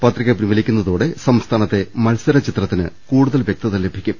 പത്രിക പിൻവലി ക്കുന്നതോടെ സംസ്ഥാനത്തെ മത്സരചിത്രത്തിന് കൂടുതൽ വ്യക്തത ലഭിക്കും